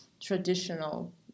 traditional